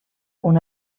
una